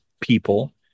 people